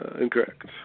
Incorrect